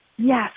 yes